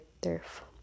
turf